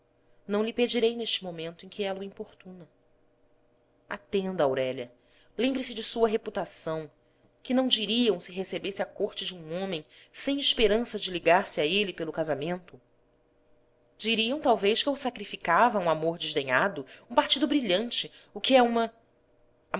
não lhe pedirei neste momento em que ela